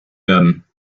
werden